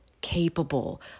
capable